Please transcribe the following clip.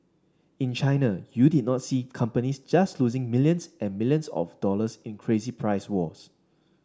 in China you did not see companies just losing millions and millions of dollars in crazy price wars